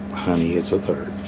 honey, it's a third.